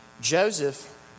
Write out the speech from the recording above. Joseph